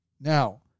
Now